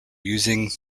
using